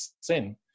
sin